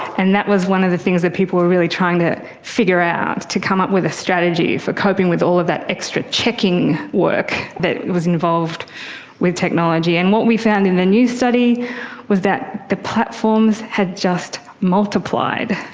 and that was one of the things that people were really trying to figure out, to come up with a strategy for coping with all of that extra checking work that was involved with technology. and what we found in the new study was that the platforms had just multiplied.